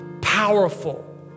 powerful